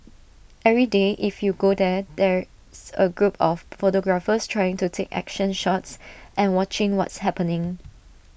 every day if you go there there's A group of photographers trying to take action shots and watching what's happening